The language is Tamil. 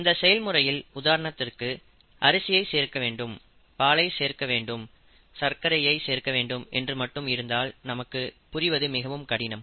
அந்த செயல்முறையில் உதாரணத்திற்கு அரிசியை சேர்க்க வேண்டும் பாலை சேர்க்க வேண்டும் சர்க்கரையை சேர்க்க வேண்டும் என்று மட்டும் இருந்தால் நமக்குப் புரிவது மிகவும் கடினம்